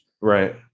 Right